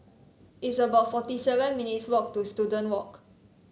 It's about forty seven minutes' walk to Student Walk